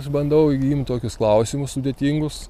aš bandau imt tokius klausimus sudėtingus